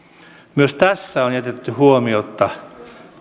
myös tässä on jätetty huomiotta